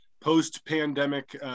post-pandemic